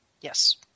Yes